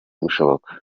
gushoboka